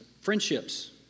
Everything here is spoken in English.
friendships